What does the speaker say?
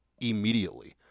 immediately